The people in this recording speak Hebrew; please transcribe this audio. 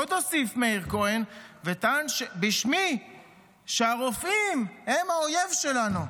עוד הוסיף מאיר כהן וטען בשמי שהרופאים הם האויב שלנו,